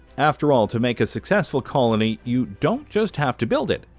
after all, to make a successful colony you don't just have to build it,